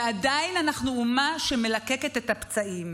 ועדיין אנחנו אומה שמלקקת את הפצעים.